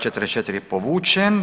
44. je povučen.